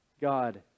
God